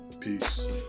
peace